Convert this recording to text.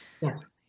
Yes